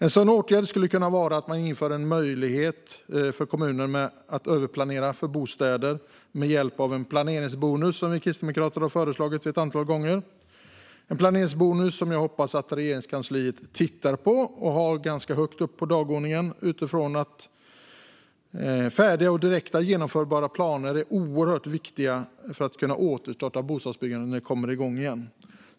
En sådan åtgärd skulle kunna vara att man inför en möjlighet för kommuner att överplanera för bostäder med hjälp av en planeringsbonus, som vi kristdemokrater har föreslagit ett antal gånger. Jag hoppas att Regeringskansliet tittar på en planeringsbonus och har den ganska högt upp på dagordningen, utifrån att det är oerhört viktigt med färdiga och direkt genomförbara planer när bostadsbyggandet kommer igång igen.